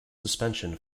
suspension